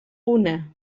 una